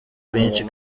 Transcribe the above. rwinshi